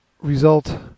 result